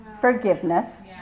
forgiveness